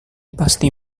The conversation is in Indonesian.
pasti